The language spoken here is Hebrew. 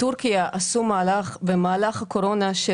בטורקיה עשו מהלך בתקופת הקורונה של